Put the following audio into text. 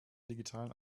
digitalen